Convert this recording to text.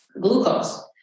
glucose